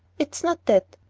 it's not that.